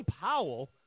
Powell